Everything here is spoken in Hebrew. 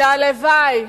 שהלוואי,